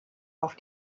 auf